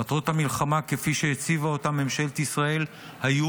מטרות המלחמה כפי שהציבה אותן ממשלת ישראל היו